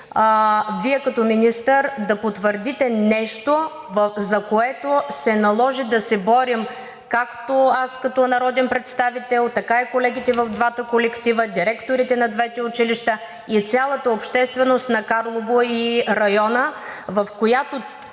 Вие като министър да потвърдите нещо, за което се наложи да се борим, както аз като народен представител, така и колегите в двата колектива, директорите на двете училища и цялата общественост на Карлово и района, в която